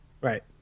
right